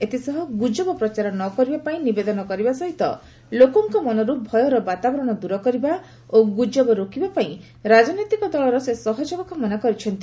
ଏଥସହ ଗୁଜବ ପ୍ରଚାର ନ କରିବା ପାଇଁ ନିବେଦନ କରିବା ସହିତ ଲୋକଙ୍କ ମନରୁ ଭୟର ବାତାବରଣ ଦୂର କରିବା ଓ ଗୁଜବ ରୋକିବା ପାଇଁ ରାଜନୈତିକ ଦଳର ସେ ସହଯୋଗ କାମନା କରିଛନ୍ତି